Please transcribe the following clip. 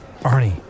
Arnie